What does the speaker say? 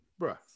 bruh